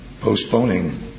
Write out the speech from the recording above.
postponing